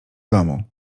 domu